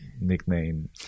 nickname